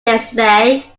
yesterday